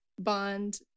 bond